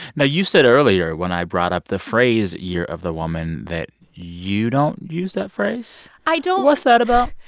now, you said earlier when i brought up the phrase year of the woman that you don't use that phrase i don't what's that about?